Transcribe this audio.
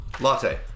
Latte